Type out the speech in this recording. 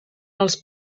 els